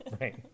right